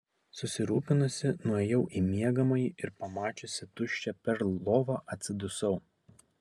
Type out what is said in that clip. susirūpinusi nuėjau į miegamąjį ir pamačiusi tuščią perl lovą atsidusau